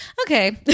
okay